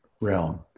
realm